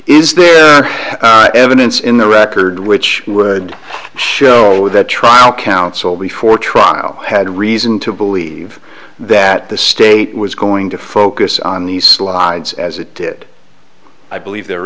is there evidence in the record which would show that trial counsel before trial had a reason to believe that the state was going to focus on these slides as it did i believe there